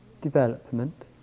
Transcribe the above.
development